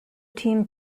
team